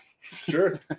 Sure